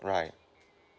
right